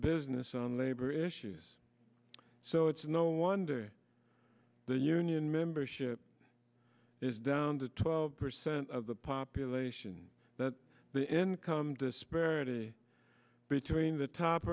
business on labor issues so it's no wonder the union membership is down to twelve percent of the population that the income disparity between the top